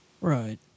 right